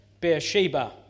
Beersheba